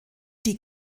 die